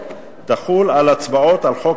"הוראת פסקה זו לא תחול על הצבעות על חוק